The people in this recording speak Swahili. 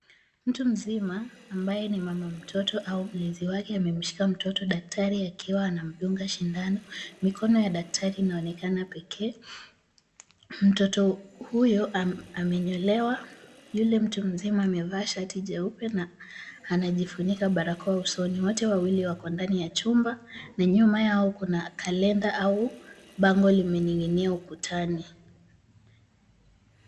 Mtu mzima ambaye ni mama mtoto au mlezi wake amemshika mtoto daktari akiwa anamdunga sindano. Mikono ya daktari inaonekana pekee, mtoto huyo amenyolewa, yule mtu mzima amevaa shati jeupe na anajifunika barakoa usoni. Wote wawili wako ndani ya chumba na nyuma yao kuna kalenda au bango limening'inia ukutani.